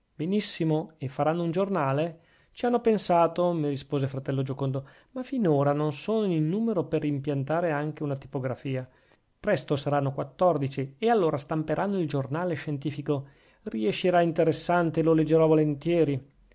benissimo e faranno un giornale ci hanno pensato mi rispose fratello giocondo ma finora non sono in numero per impiantare anche una tipografia presto saranno quattordici e allora stamperanno il giornale scientifico riescirà interessante e lo leggerò volentieri